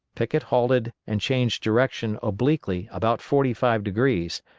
pickett halted and changed direction obliquely about forty-five degrees,